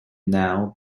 now